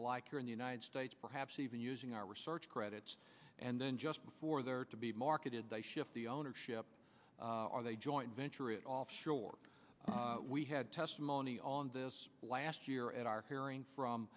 the like here in the united states perhaps even using our research credits and then just before they are to be marketed they shift the ownership are they joint venture it off shore we had testimony on this last year at our hearing from